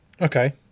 Okay